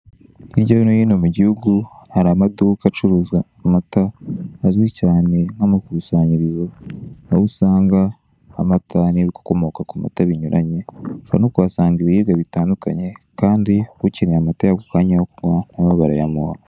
Hirya no hino mu gihugu hari amaduka acuruza amata hazwi cyane nk'amakusanyirizo, aho usanga nk'amata n'ibikomoka ku mata binyuranye, ushobora no kuhasanga ibiribwa bitandukanye kandi ukeneye amata ako kanya yo kunywa nayo barayamuha.